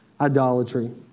idolatry